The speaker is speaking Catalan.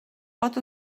pot